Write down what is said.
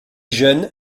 jeune